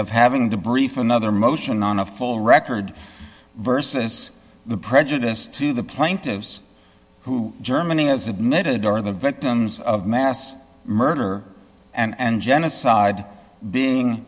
of having to brief another motion on a full record versus the prejudice to the plaintiffs who germany has admitted are the victims of mass murder and genocide being